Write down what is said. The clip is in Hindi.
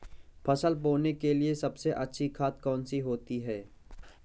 फसल बोने के लिए सबसे अच्छी खाद कौन सी होती है?